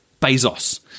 Bezos